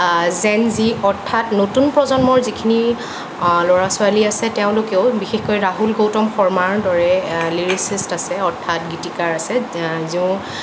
জেন Z অৰ্থাৎ নতুন প্ৰজন্মৰ যিখিনি ল'ৰা ছোৱালী আছে তেওঁলোকেও বিশেষকৈ ৰাহুল গৌতম শৰ্মাৰ দৰে লিৰিচিষ্ট আছে অৰ্থাৎ গীতিকাৰ আছে